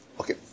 Okay